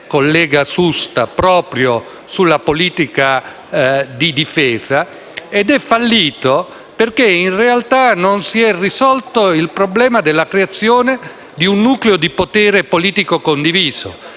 collega Susta, proprio sulla politica di difesa, ed è fallito proprio perché, in realtà, non si è risolto il problema della creazione di un nucleo di potere politico condiviso.